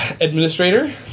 Administrator